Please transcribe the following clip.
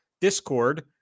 Discord